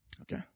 Okay